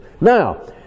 Now